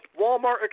walmart